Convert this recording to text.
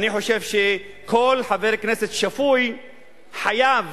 כל חבר כנסת שפוי חייב